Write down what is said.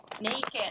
naked